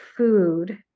food